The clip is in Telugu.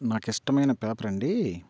నాకు ఇష్టమైన పేపర్ అండి